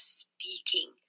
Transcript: speaking